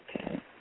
Okay